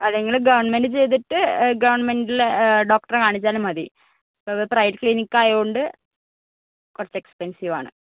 അല്ലെങ്കിൽ ഗവണ്മെന്റിൽ ചെയ്തിട്ട് ഗവണ്മെന്റിലെ ഡോക്ടറെ കാണിച്ചാലും മതി ഇത് പ്രൈവറ്റ് ക്ലിനിക്ക് ആയതുകൊണ്ട് കുറച്ച് എക്സ്പെൻസീവ് ആണ്